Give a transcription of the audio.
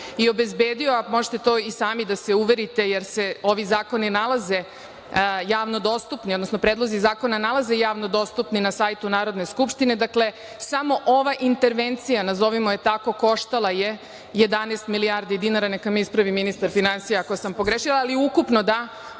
i obezbedio, možete to i sami da se uverite, jer se ovi zakoni nalaze javno dostupni, odnosno predlozi zakona, na sajtu Narodne skupštine. Samo ova intervencija, nazovimo je tako, koštala je 11 milijardi dinara, neka me ispravi ministar finansija ako sam pogrešila, ali ukupno 18